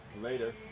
later